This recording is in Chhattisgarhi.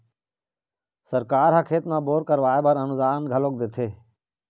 सरकार ह खेत म बोर करवाय बर अनुदान घलोक देथे